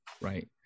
Right